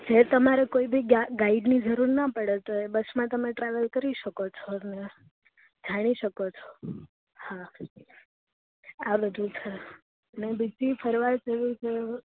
જે તમારે કોઇબી ગાઈડની જરૂર ના પળે તો એ બસમાં તમે ટ્રાવેલ કરી શકો છો ને જાણી શકો છો હા આ બધુ છે ને બીજી ફરવા જેવુ જેવુ